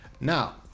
Now